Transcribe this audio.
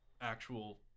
actual